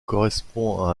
correspond